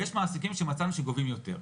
ויש מעסיקים שמצאנו שגובים יותר.